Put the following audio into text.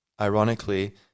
ironically